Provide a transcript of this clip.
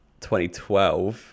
2012